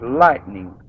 lightning